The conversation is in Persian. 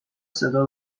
صدا